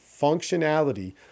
functionality